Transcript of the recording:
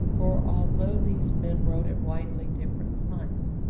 for although these men wrote at widely different times,